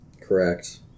Correct